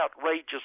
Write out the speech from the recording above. outrageous